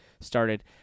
started